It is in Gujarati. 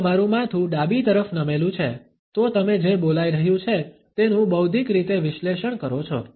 જો તમારું માથું ડાબી તરફ નમેલું છે તો તમે જે બોલાઈ રહ્યુ છે તેનું બૌદ્ધિક રીતે વિશ્લેષણ કરો છો